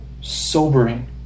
sobering